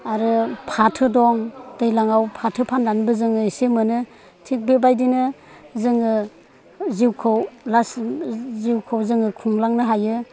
आरो फाथो दं दैज्लांआव फाथो फाननानैबो जों इसे मोनो थिग बेबादिनो जोंङो जिउखौ लासै जिउखौ जों खुंलांनो हायो